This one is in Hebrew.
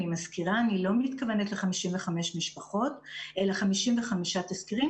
אני מזכירה שאני לא מתכוונת ל-55 משפחות אלא ל-55 תסקירים